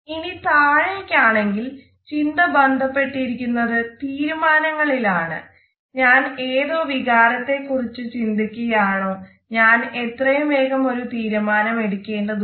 ഇനി താഴേക്ക് ആണെങ്കിൽ ചിന്ത ബന്ധപ്പെട്ടിരിക്കുന്നത് തീരുമാനങ്ങളിൽ ആണ് ഞാൻ ഏതോ വികാരത്തെ കുറിച്ച് ചിന്തിക്കുകയാണോ ഞാൻ എത്രയും വേഗം ഒരു തീരുമാനം എടുക്കേണ്ടതുണ്ട്